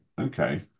okay